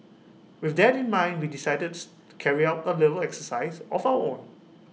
with that in mind we decided to carry out A little exercise of our own